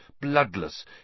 bloodless